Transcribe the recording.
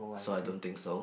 so I don't think so